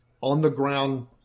on-the-ground